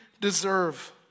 deserve